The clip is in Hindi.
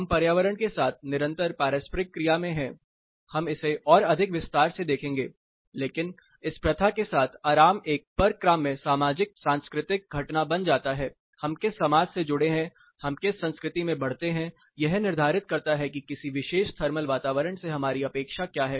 हम पर्यावरण के साथ निरंतर पारस्परिक क्रिया में हैं हम इसे और अधिक विस्तार से देखेंगे लेकिन इस प्रथा के साथ आराम एक परक्राम्य सामाजिक सांस्कृतिक घटना बन जाता है हम किस समाज से जुड़े हैं हम किस संस्कृति में बढ़ते हैं यह निर्धारित करता है कि किसी विशेष थर्मल वातावरण से हमारी अपेक्षा क्या है